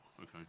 okay